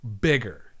bigger